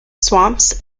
swamps